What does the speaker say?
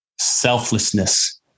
selflessness